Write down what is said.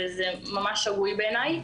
וזה ממש שגוי בעיניי.